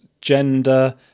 gender